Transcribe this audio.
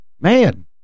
man